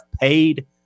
paid